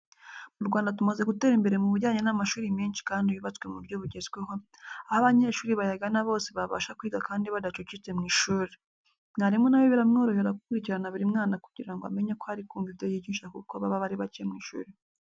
Mu Rwanda tumaze gutera imbere mu bijyanye n'amashuri menshi kandi yubatswe muburyo bugezweho, aho abanyeshuri bayagana bose babasha kwiga kandi badacucitse mw'ishuri. Mwarimu nawe biramworohera gukurikirana buri mwana kugira ngo amenye ko ari kumva ibyo yigisha kuko baba ari bacye mu ishuri.